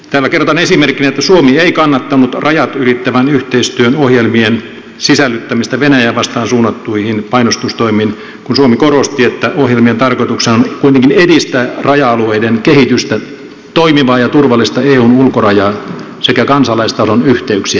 täällä kerrotaan esimerkkinä että suomi ei kannattanut rajat ylittävän yhteistyön ohjelmien sisällyttämistä venäjää vastaan suunnattuihin painostustoimiin kun suomi korosti että ohjelmien tarkoituksena on kuitenkin edistää raja alueiden kehitystä toimivaa ja turvallista eun ulkorajaa sekä kansalaistason yhteyksiä